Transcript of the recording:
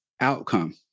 outcome